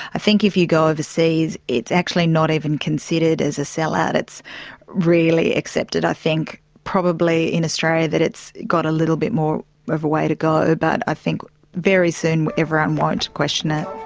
i think if you go overseas it's actually not even considered as a sell out, it's really accepted. i think probably in australia that it's got a little bit more of a way to go ah but i think very soon everyone won't question it.